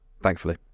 Thankfully